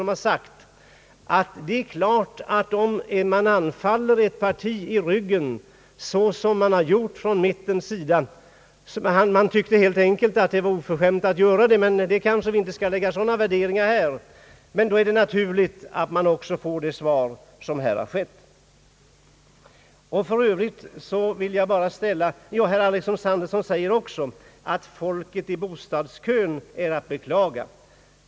De har sagt att det självfallet är helt enkelt oförskämt att falla ett parti i ryggen så som mittenpartierna har gjort. Vi skall kanske inte göra sådana värderingar här, men då är det naturligt att man får detta svar. Herr Alexanderson säger också att folket i bostadskön är att beklaga.